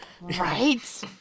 Right